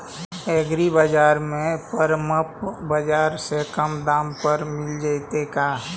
एग्रीबाजार में परमप बाजार से कम दाम पर मिल जैतै का?